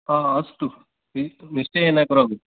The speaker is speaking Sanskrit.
हा अस्तु निश्चयेन करोमि